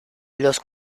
los